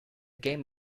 game